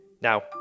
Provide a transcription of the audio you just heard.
Now